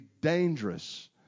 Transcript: dangerous